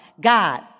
God